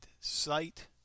site